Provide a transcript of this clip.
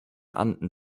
anden